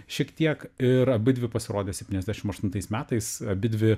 šiek tiek ir abidvi pasirodė septyniasdešim aštuntais metais abidvi